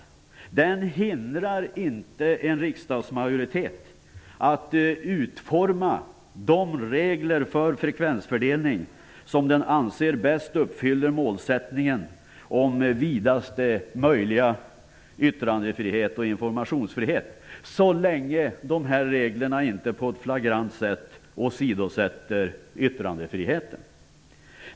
Paragrafen hindrar inte en riksdagsmajoritet att utforma de regler för frekvensfördelning som den anser bäst uppfyller målsättningen om vidast möjliga yttrande och informationsfrihet, så länge dessa regler inte på ett flagrant sätt åsidosätter yttrandefriheten.